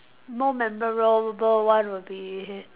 more memorable one will be